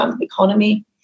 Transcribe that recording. economy